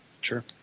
Sure